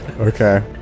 Okay